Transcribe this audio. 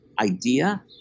idea